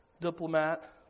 diplomat